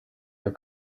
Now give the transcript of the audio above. your